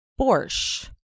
borscht